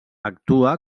actua